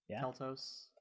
Keltos